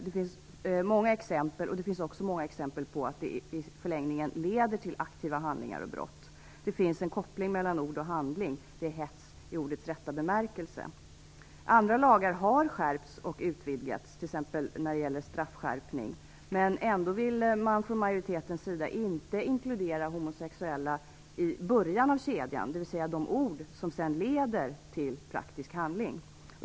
Det finns många exempel på det och att det i förlängningen leder till aktiva handlingar och brott. Det finns en koppling mellan ord och handling. Det är hets i ordets rätta bemärkelse. Andra lagar har skärpts och utvidgats, t.ex. när det gäller straffskärpning. Ändå vill majoriteten i utskottet inte inkludera homosexuella i början av kedjan, d.v.s. när det gäller de ord som sedan leder till praktisk handling.